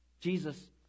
Jesus